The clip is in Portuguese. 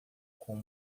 com